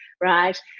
right